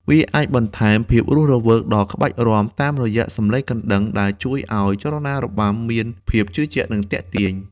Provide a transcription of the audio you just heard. វាអាចបន្ថែមភាពរស់រវើកដល់ក្បាច់រាំ តាមរយៈសំឡេងកណ្តឹង ដែលជួយឲ្យចលនារបាំមានភាពជឿជាក់ និងទាក់ទាញ។